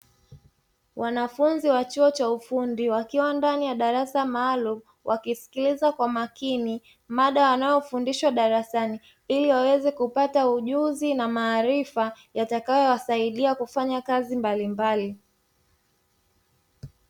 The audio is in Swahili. Wanafunzi wa chuo cha ufundi wakiwa ndani ya darasa maalumu wakisikiliza kwa makini mada wanayo fundishwa darasani, ili waweze kupata ujuzi na maarifa yatakayo wasaidia kufanya kazi mbalimbali.